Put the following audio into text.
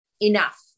enough